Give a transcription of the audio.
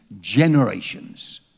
Generations